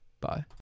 Bye